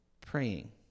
praying